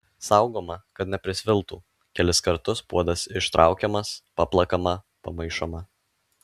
saugoma kad neprisviltų kelis kartus puodas ištraukiamas paplakama pamaišoma